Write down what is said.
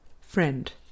FRIEND